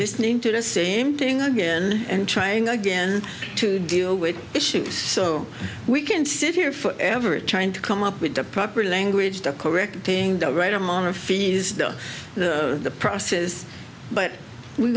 listening to the same thing again and trying again to deal with issues so we can sit here for ever trying to come up with the proper language to correcting the right amount of fees down the prices but we're